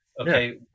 okay